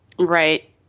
right